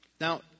Now